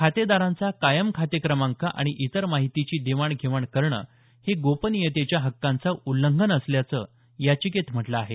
खातेदारांचा कायम खाते क्रमांक आणि इतर माहितीची देवाणघेवाण करणं हे गोपनीयतेच्या हक्कांचं उल्लंघन असल्याचं याचिकेत म्हटलं आहे